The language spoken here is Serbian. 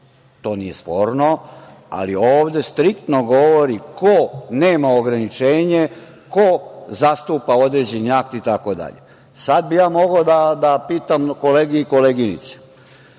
to nije sporno, ali ovde striktno govori ko nema ograničenje, ko zastupa određeni akt itd. Sada bih ja mogao da pitam kolege i koleginice.